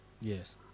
Yes